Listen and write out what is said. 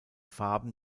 farben